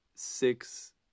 six